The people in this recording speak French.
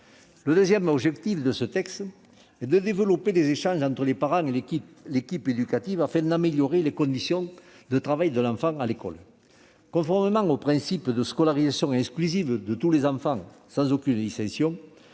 Le deuxième objectif de ce texte est de développer des échanges entre les parents et l'équipe éducative afin d'améliorer les conditions de travail de l'enfant à l'école. Conformément au principe de scolarisation inclusive de tous les enfants sans aucune distinction,